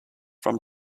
from